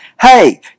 hey